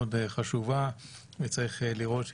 לא